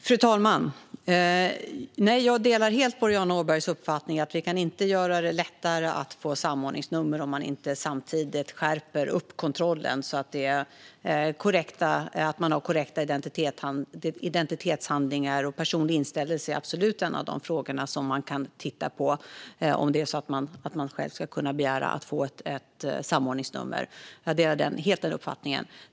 Fru talman! Jag delar helt Boriana Åbergs uppfattning att vi inte kan göra det lättare att få samordningsnummer om man inte samtidigt skärper kontrollen så att människor har korrekta identitetshandlingar. Personlig inställelse är absolut en av de frågor som man kan titta på om det är så att en person själv ska kunna begära att få ett samordningsnummer. Jag delar helt den uppfattningen.